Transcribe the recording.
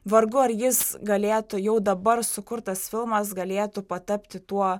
vargu ar jis galėtų jau dabar sukurtas filmas galėtų patapti tuo